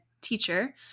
teacher